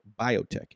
Biotech